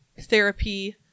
therapy